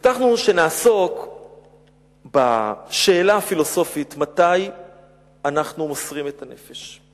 הבטחנו שנעסוק בשאלה הפילוסופית מתי אנחנו מוסרים את הנפש.